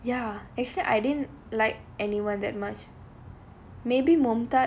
ya actually I didn't like anyone that much